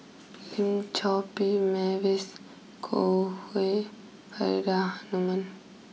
Lim Chor Pee Mavis Khoo Hui Faridah Hanum